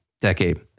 decade